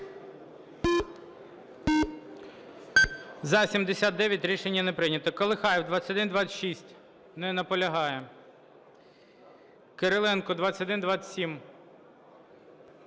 За-79 Рішення не прийнято. Колихаєв, 2126. Не наполягає. Кириленко, 2127.